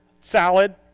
salad